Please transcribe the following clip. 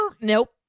Nope